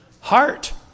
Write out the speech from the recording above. heart